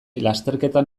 lasterketa